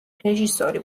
რეჟისორი